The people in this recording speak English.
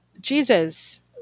Jesus